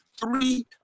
three